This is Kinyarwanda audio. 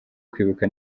kwibuka